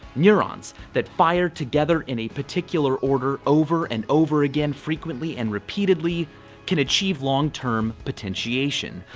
neurones that fire together in a particular order over and over again frequently and repeatedly can achieve long-term potentiation,